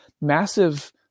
massive